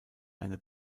eine